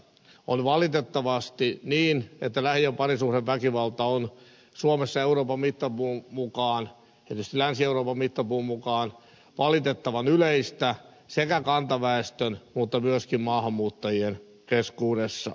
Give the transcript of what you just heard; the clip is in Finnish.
on valitettavasti niin että lähi ja parisuhdeväkivalta on suomessa euroopan mittapuun mukaan tietysti länsi euroopan mittapuun mukaan valitettavan yleistä paitsi kantaväestön mutta myöskin maahanmuuttajien keskuudessa